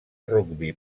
rugbi